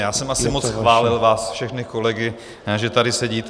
Já jsem asi moc chválil vás všechny kolegy, že tady sedíte.